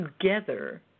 together